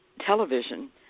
television